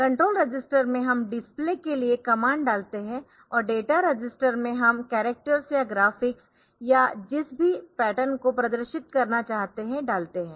control register में हम display के लिए कमांड डालते है और डेटा रजिस्टर में हम कॅरक्टरस या ग्राफिक्स या जिस भी पैटर्न को प्रदर्शित करना चाहते है डालते है